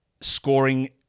scoring